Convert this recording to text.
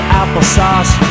applesauce